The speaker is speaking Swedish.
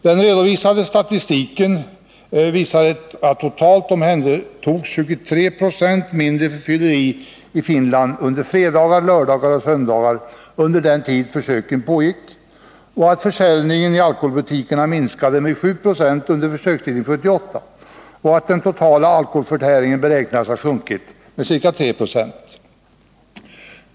Den redovisade statistiken visar att totalt omhändertogs 23 Ze färre för fylleri i Finland under fredagar, lördagar och söndagar under den tid försöken pågick, att försäljningen i alkoholbutikerna minskade med 7 90 under försökstiden 1978 och att den totala alkoholförtäringen beräknades ha sjunkit med ca 3 96.